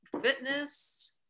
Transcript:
Fitness